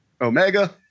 Omega